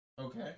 Okay